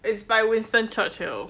it's by winston churchill